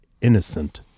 innocent